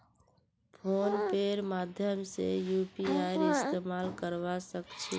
phone पेर माध्यम से यूपीआईर इस्तेमाल करवा सक छी